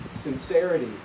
sincerity